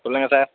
சொல்லுங்கள் சார்